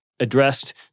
addressed